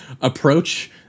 approach